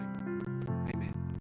Amen